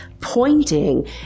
pointing